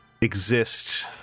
exist